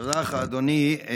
תודה לך, אדוני.